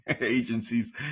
agencies